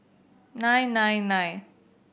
nine nine nine